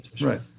right